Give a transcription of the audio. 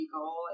goal